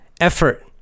effort